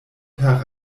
per